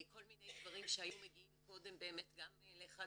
כל מיני דברים שהיו מגיעים קודם גם אליך,